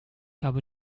habe